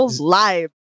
lives